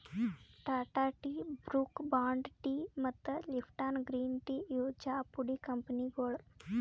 Tata tea, Brooke Bond tea ಮತ್ತ್ Lipton green tea ಇವ್ ಚಾಪುಡಿ ಕಂಪನಿಗೊಳ್